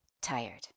tired